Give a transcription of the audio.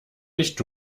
nicht